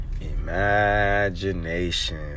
imagination